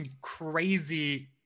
crazy